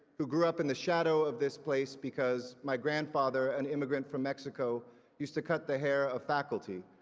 who grew up in the shadow of this place because my grandfather, an immigrant from mexico used to cut the hair of faculty,